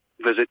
visit